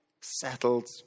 settled